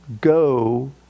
go